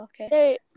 Okay